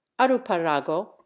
aruparago